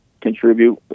contribute